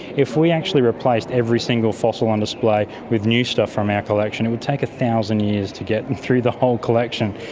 if we actually replaced every single fossil on display with new stuff from our collection, it would take one thousand years to get through the whole collection.